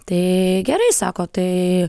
tai gerai sako tai